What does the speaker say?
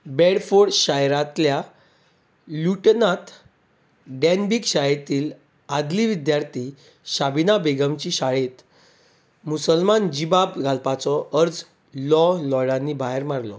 Bedford शायरांतल्या ल्युटनांत Denbigh शाळेंतली आदली विद्यार्थी शाबिना बेगमाचे शाळेंत मुसलमान जिबाब घालपाचो अर्ज लॉ लॉर्डांनी भायर मारलो